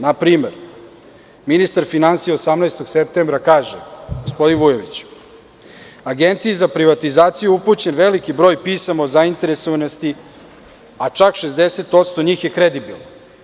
Na primer, ministar finansija je 18. septembra kazao, gospodin Vujović – Agenciji za privatizaciju upućen je veliki broj pisama o zainteresovanosti, a čak 60% njih je kredibilno.